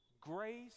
Grace